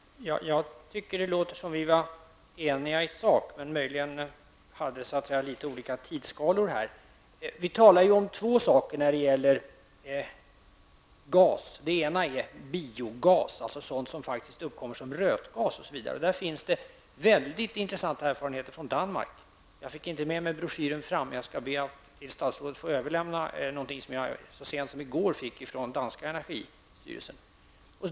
Fru talman! Jag tycker att det låter som om vi var eniga i sak, men möjligen hade litet olika tidsskalor. Vi talar om två saker när det gäller gas. Den ena är biogas, bl.a. rötgas. I det avseendet finns det mycket intressanta erfarenheter från Danmark. Jag skall be att senare till industriministern få överlämna en broschyr, som jag så sent som i går fick från den danska energistyrelsen.